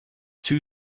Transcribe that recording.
too